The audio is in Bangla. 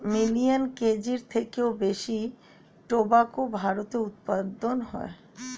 মিলিয়ান কেজির থেকেও বেশি টোবাকো ভারতে উৎপাদন হয়